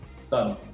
son